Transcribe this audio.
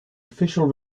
official